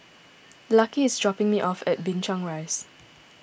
Lucky is dropping me off at Binchang Rise